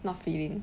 not filling